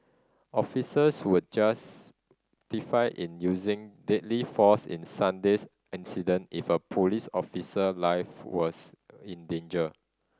officers would justified in using deadly force in Sunday's incident if a police officer life was in danger